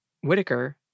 Whitaker